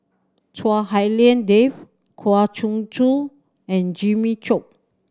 Chua Hak Lien Dave Kwa Geok Choo and Jimmy Chok